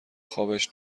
خابش